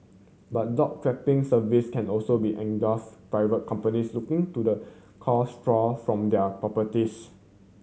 but dog trapping service can also be engulf private companies looking to the cull straw from their properties